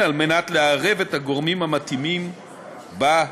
על מנת לערב את הגורמים המתאימים בהליך.